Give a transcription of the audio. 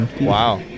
Wow